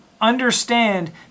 understand